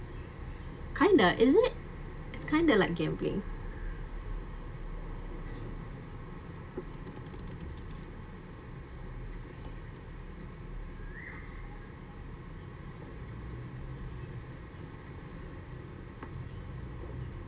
kind of isn't it it's kind of like gambling